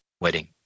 wedding